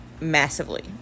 massively